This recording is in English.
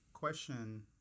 question